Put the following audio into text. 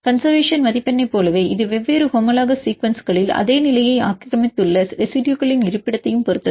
conservation மதிப்பெண்ணைப் போலவே இது வெவ்வேறு ஹோமோலோகஸ் சீக்வென்ஸ்களில் அதே நிலையை ஆக்கிரமித்துள்ள ரெசிடுயுகளின் இருப்பிடத்தைப் பொறுத்தது